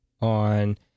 on